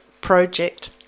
project